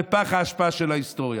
לפח האשפה של ההיסטוריה.